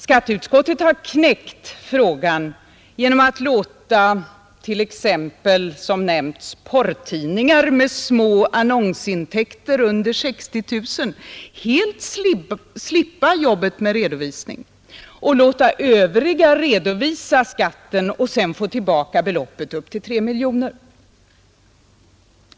Skatteutskottet har knäckt frågan genom att låta, som nämnts, porrtidningar och andra tidningar med små annonsintäkter — under 60 000 — helt slippa jobbet med redovisning och låta övriga redovisa skatten och sedan få tillbaka beloppet upp till 3 miljoner.